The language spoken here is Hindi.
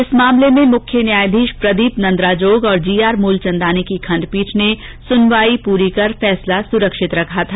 इस मामले में मुख्य न्यायाधीश प्रदीप नंद्राजोग और जी आर मूलचंदानी की खंडपीठ ने पहले ही सुनवाई पूरी कर फैसला सुरक्षित रख लिया था